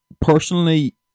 Personally